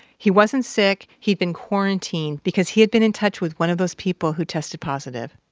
he wasn't sick. he'd been quarantined because he had been in touch with one of those people who tested positive